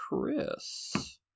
Chris